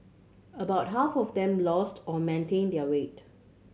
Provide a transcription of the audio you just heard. about half of them lost or maintained their weight